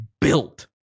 built